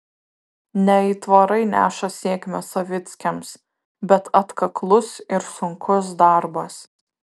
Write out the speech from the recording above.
ne aitvarai neša sėkmę savickiams bet atkaklus ir sunkus darbas